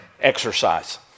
Exercise